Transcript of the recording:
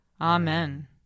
Amen